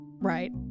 Right